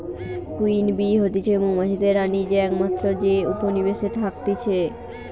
queen bee হতিছে মৌমাছিদের রানী যে একমাত্র যে উপনিবেশে থাকতিছে